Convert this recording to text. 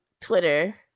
Twitter